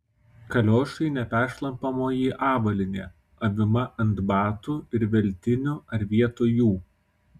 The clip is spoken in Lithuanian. kaliošai neperšlampamoji avalynė avima ant batų ir veltinių ar vietoj jų